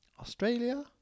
Australia